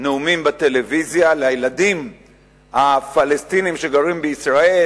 נאומים בטלוויזיה לילדים הפלסטינים שגרים בישראל: